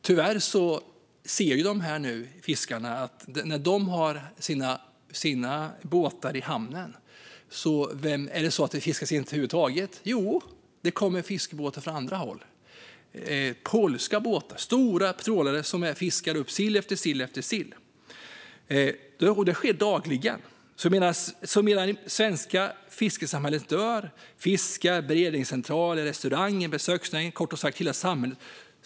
Tyvärr ser dessa fiskare som nu har sina båtar i hamn att det kommer fiskebåtar från annat håll - stora polska trålare som fiskar upp sill efter sill efter sill! Detta sker dagligen medan det svenska fiskesamhället dör - fiskare, beredningscentraler, restauranger, besöksnäringar, ja, kort sagt hela samhällen.